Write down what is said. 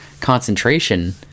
concentration